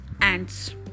ants